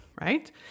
right